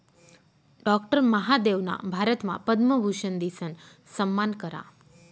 doctor महादेवना भारतमा पद्मभूषन दिसन सम्मान करा